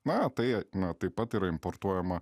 na tai na taip pat yra importuojama